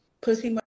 Pussy